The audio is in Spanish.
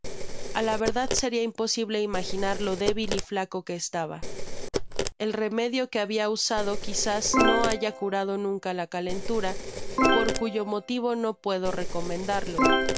a la verdad seria imposible imaginar lo dé bil y flaco que estaba el remedio que habia usado quizás no haya carado nunca la calentura por cuyo motivo no puedo recomendarlo